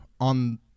on